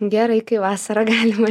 gerai kai vasarą galima